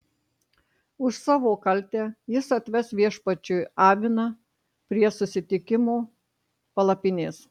už savo kaltę jis atves viešpačiui aviną prie susitikimo palapinės